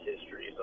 history